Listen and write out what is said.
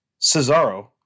Cesaro